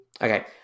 Okay